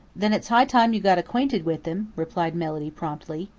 then it's high time you got acquainted with him, replied melody promptly.